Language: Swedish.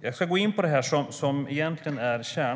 Jag ska gå in på det som egentligen är kärnan.